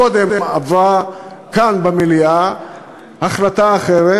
קודם עברה כאן במליאה החלטה אחרת,